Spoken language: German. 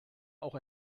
auch